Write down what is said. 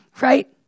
Right